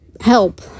help